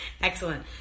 Excellent